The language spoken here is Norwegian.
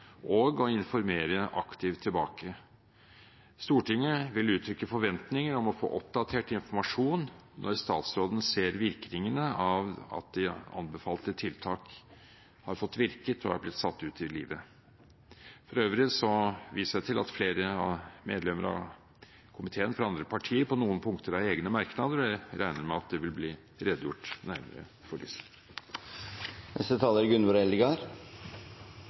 og å informere aktivt tilbake. Stortinget vil uttrykke forventninger om å få oppdatert informasjon når statsråden ser virkningene av at de anbefalte tiltakene har blitt satt ut i livet, og har fått virke. For øvrig viser jeg til at flere medlemmer av komiteen fra andre partier på noen punkter har egne merknader, og jeg regner med at det vil bli redegjort nærmere for disse.